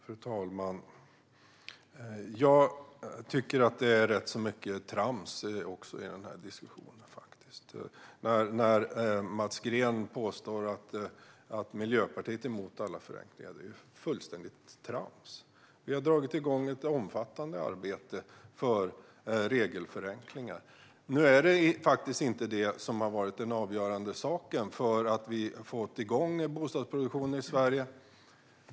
Fru talman! Jag tycker att det är mycket trams i diskussionen. Mats Green påstår att Miljöpartiet är emot alla förenklingar. Det är fullständigt trams. Vi har dragit igång ett omfattande arbete för regelförenklingar. Nu är det inte det arbetet som har varit avgörande för att få igång bostadsproduktionen i Sverige.